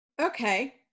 okay